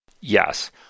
Yes